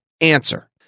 answer